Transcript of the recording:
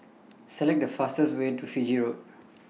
Select The fastest Way to Fiji Road